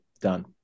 done